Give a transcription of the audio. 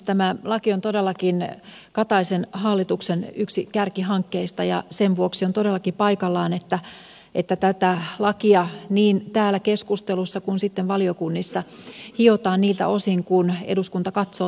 tämä laki on todellakin kataisen hallituksen yksi kärkihankkeista ja sen vuoksi on todellakin paikallaan että tätä lakia niin täällä keskustelussa kuin sitten valiokunnissa hiotaan niiltä osin kuin eduskunta katsoo tarpeelliseksi